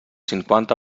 cinquanta